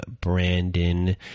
Brandon